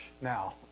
now